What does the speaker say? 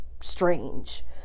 strange